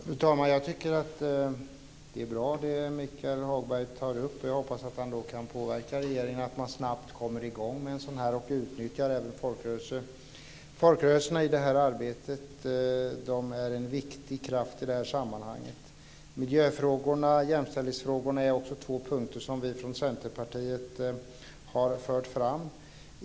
Fru talman! Jag tycker att det som Michael Hagberg tar upp är bra och hoppas att han kan påverka regeringen så att man snabbt kan komma i gång med en folkbildningskampanj och då även utnyttjar folkrörelserna. Folkrörelserna är i det här sammanhanget en viktig kraft. Miljöfrågorna och jämställdhetsfrågorna är också två punkter som vi från Centerpartiet har fört fram.